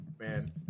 Man